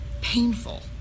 painful